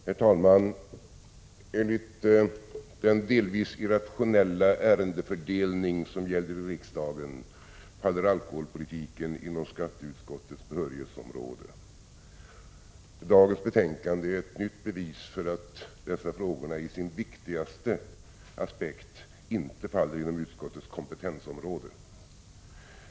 Herr talman! Enligt den delvis irrationella ärendefördelning som gäller i riksdagen faller alkoholpolitiken inom skatteutskottets behörighetsområde. Dagens betänkande är ett nytt bevis för att dessa frågor i sin viktigaste aspekt inte faller inom utskottets kompetensområde.